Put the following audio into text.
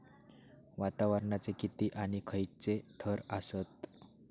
वातावरणाचे किती आणि खैयचे थर आसत?